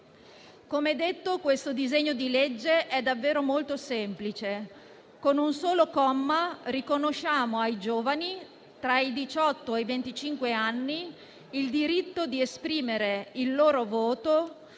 Come detto, questo disegno di legge è davvero molto semplice: con un solo comma riconosciamo ai giovani tra i diciotto e i venticinque anni il diritto di esprimere il loro voto